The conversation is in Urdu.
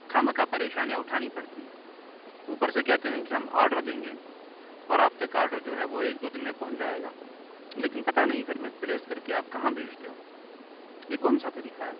خواہ مخواہ پریشانیاں اٹھانی پڑتی ہیں اوپر سے کہتے ہیں کہ ہم آڈر دیں گے اور آپ تک آڈر جو ہے وہ ایک دو دن میں پہنچ جائے گا لیکن پتا نہیں پھر مسپلیس کر کے آپ کہاں بھیجتے ہو یہ کون سا طریقہ ہے